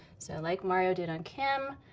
so, like mario did on kim,